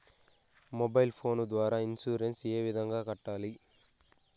mobile phone ద్వారా insurance ఏ విధంగా కట్టాలి